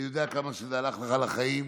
אני יודע כמה זה הלך לך לחיים,